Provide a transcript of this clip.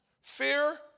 Fear